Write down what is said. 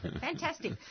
fantastic